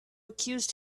accused